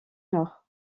nord